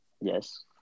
Yes